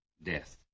death